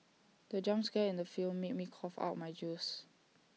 the jump scare in the film made me cough out my juice